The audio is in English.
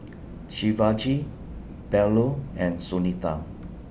Shivaji Bellur and Sunita